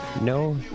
no